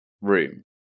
room